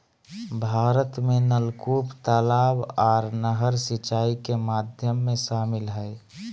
भारत में नलकूप, तलाब आर नहर सिंचाई के माध्यम में शामिल हय